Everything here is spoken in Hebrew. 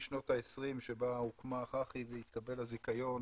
משנות ה-20' כשהוקמה חח"י והתקבל הזיכיון